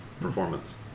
performance